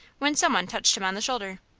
when some one touched him on the shoulder.